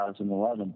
2011